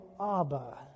Abba